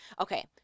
okay